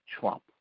Trump